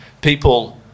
people